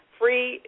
free